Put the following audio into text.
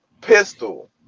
pistol